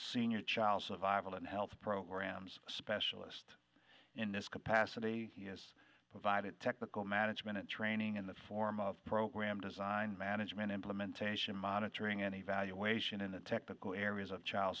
senior child survival and health programs specialist in this capacity he has provided technical management training in the form of program designed management implementation monitoring and evaluation in the technical areas of child